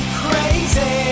crazy